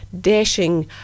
dashing